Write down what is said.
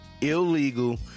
Illegal